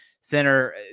Center